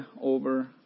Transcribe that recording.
over